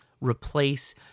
replace